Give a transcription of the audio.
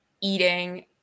eating